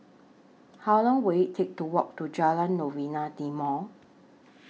How Long Will IT Take to Walk to Jalan Novena Timor